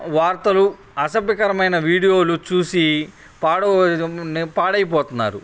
వార్తలు అసభ్యకరమైన వీడియోలు చూసి పాడైపోతున్నారు